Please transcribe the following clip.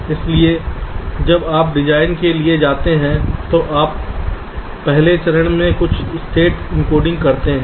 इसलिए जब आप डिज़ाइन किए जाते हैं तो आप पहले चरण में कुछ स्टेट एन्कोडिंग करते हैं